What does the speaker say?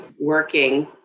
working